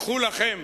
קחו לכם